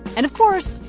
and of course,